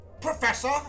Professor